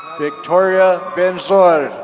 victoria venzor,